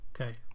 Okay